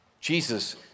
Jesus